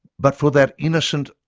but for that innocent,